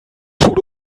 schutt